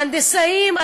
ההנדסאים,